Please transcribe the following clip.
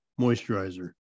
Moisturizer